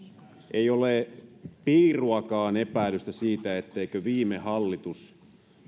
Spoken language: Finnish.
ei ole piiruakaan epäilystä siitä etteikö viime hallitus